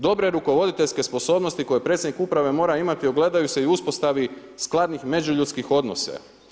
Dobre rukovoditeljske sposobnosti koje predsjednik uprave mora imati ogledaju se i u uspostavi skladnih međuljudskih odnosa.